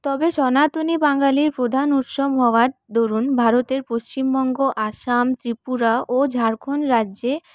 তবে সনাতনী বাঙালির প্রধান উৎসব হওয়ার দরুন ভারতের পশ্চিমবঙ্গ আসাম ত্রিপুরা ও ঝাড়খণ্ড রাজ্যে